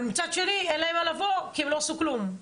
אבל מצד שני אין להם מה לבוא כי הם לא עשו כלום.